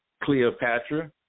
Cleopatra